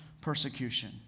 persecution